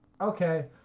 okay